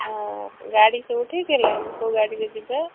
ହଁ ଗାଡ଼ି କେଉଁଠି ହେଲାଣି କେଉଁ ଗାଡ଼ିରେ ଯିବା